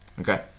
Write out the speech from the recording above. Okay